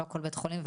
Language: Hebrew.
לא כל בית חולים.